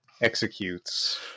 executes